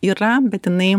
yra bet jinai